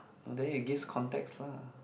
no then it gives context lah